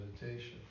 meditation